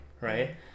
right